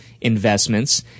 investments